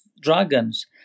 Dragons